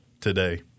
today